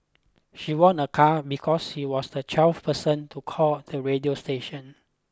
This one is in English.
she won a car because she was the twelfth person to call the radio station